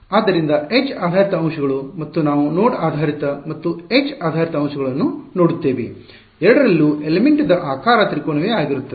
ಆದ್ದರಿಂದ ಎಡ್ಜ್ ಆಧಾರಿತ ಅಂಶಗಳು ಮತ್ತು ನಾವು ನೋಡ್ ಆಧಾರಿತ ಮತ್ತು ಎಡ್ಜ್ ಆಧಾರಿತ ಅಂಶಗಳನ್ನು ನೋಡುತ್ತೇವೆ ಎರಡರಲ್ಲೂ ಅಂಶ ಎಲಿಮೆಂಟ್ದ ಆಕಾರ ತ್ರಿಕೋನವೇ ಆಗಿರುತ್ತದೆ